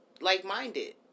like-minded